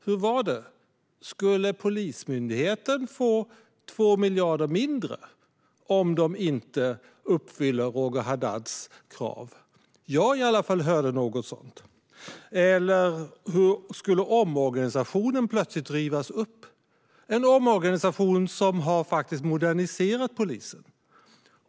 Hur var det - skulle Polismyndigheten få 2 miljarder mindre om de inte uppfyller Roger Haddads krav? Jag hörde i alla fall något sådant. Eller skulle omorganisationen plötsligt rivas upp? Det är en omorganisation som har moderniserat polisen.